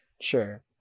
Sure